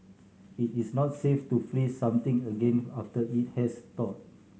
it is not safe to freeze something again after it has thawed